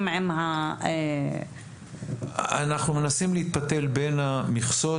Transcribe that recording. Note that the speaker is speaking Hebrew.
עם --- אנחנו מנסים להתפתל בין המכסות.